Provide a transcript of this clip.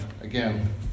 again